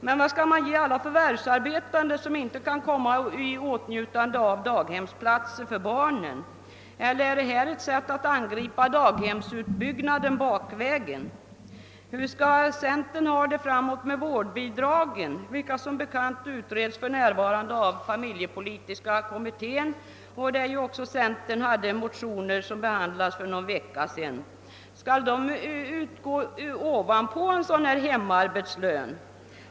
Men vad skall man ge alla förvärvsarbetande som inte kan komma i åtnjutande av daghemsplatser för barnen? Eller är detta ett sätt att angripa daghemsutbyggnaden bakvägen? Hur skall centern ha det med vårdbidragen, vilka som bekant för närvarande utreds av familjepolitiska kommitten? Därvidlag har ju centern väckt motioner som behandlades för någon vecka sedan. Skall vårdbidragen utgå ovanpå en hemarbetslön?